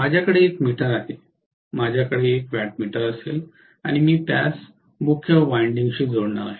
माझ्याकडे एक मीटर आहे माझ्याकडे एक वॅटमीटर असेल आणि मी त्यास मुख्य विंडिंगशी जोडणार आहे